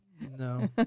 No